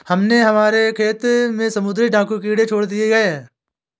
हमने हमारे खेत में समुद्री डाकू कीड़े छोड़ दिए हैं